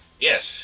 Yes